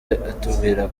atubwira